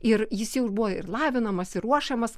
ir jis jau ir buvo ir lavinamas ir ruošiamas